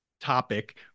topic